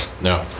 No